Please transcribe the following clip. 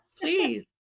please